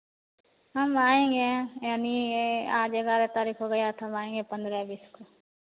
हम आएँगे यानि यह आज ग्यारह तारीख हो गया तो हम आएँगे पन्द्रह बीस को